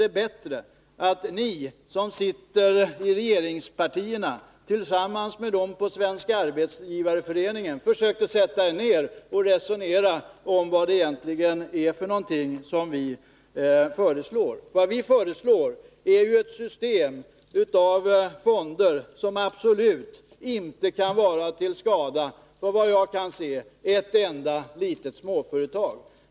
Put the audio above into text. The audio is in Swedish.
Vad beträffar småföretagen vore det bra om ni i regeringspartierna tillsammans med representanter för Svenska arbetsgivareföreningen försöker resonera igenom vad vi egentligen föreslår. Vi föreslår ett system av fonder som absolut inte kan vara till skada för ett enda småföretag.